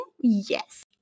yes